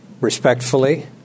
respectfully